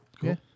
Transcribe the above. Cool